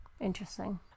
Interesting